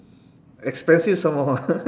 expensive some more